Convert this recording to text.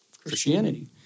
Christianity